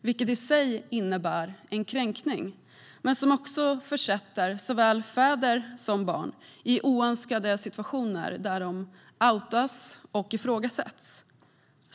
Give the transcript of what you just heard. Detta innebär i sin tur en kränkning men försätter också såväl fäder som barn i oönskade situationer där de outas och ifrågasätts.